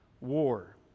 war